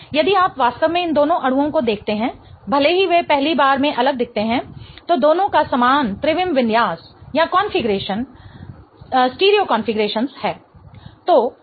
यदि आप वास्तव में इन दोनों अणुओं को देखते हैं भले ही वे पहली बार में अलग दिखते हैं तो दोनों का समान त्रिविम विन्यास कॉन्फ़िगरेशन है